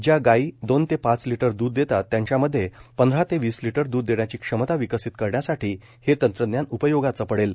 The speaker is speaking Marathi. ज्या गाई दोन ते पाच लिटर द्ध देतात त्यांच्यामध्ये पंधरा ते वीस लिटर द्रध देण्याची क्षमता विकसित करण्यासाठी हे तंत्रज्ञान उपयोगाचे पडेल